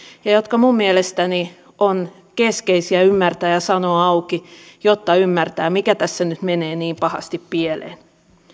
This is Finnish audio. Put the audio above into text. ja jotka minun mielestäni ovat keskeisiä ymmärtää ja sanoa auki jotta ymmärretään mikä tässä nyt menee niin pahasti pieleen